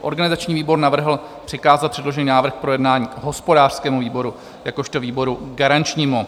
Organizační výbor navrhl přikázat předložený návrh k projednání hospodářskému výboru jakožto výboru garančnímu.